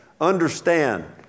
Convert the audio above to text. understand